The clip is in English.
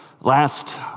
last